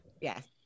Yes